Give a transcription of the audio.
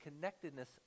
connectedness